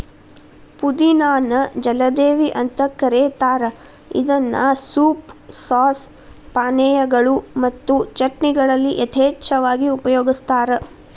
ಪುದಿನಾ ನ ಜಲದೇವಿ ಅಂತ ಕರೇತಾರ ಇದನ್ನ ಸೂಪ್, ಸಾಸ್, ಪಾನೇಯಗಳು ಮತ್ತು ಚಟ್ನಿಗಳಲ್ಲಿ ಯಥೇಚ್ಛವಾಗಿ ಉಪಯೋಗಸ್ತಾರ